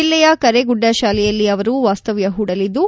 ಜಿಲ್ಲೆಯ ಕರೇಗುದ್ದ ಶಾಲೆಯಲ್ಲಿ ಅವರು ವಾಸ್ತವ್ಯ ಹೂಡಲಿದ್ದು